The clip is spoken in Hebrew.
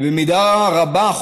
במידה רבה,